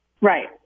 Right